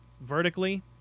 vertically